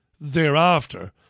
thereafter